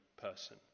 person